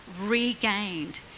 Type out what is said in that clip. regained